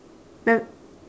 pri~